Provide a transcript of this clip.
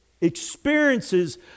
experiences